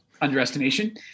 underestimation